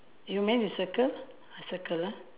you managed to circle I circle ah